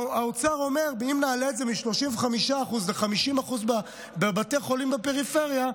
האוצר אומר: אם נעלה את זה מ-35% ל-50% בבתי חולים בפריפריה,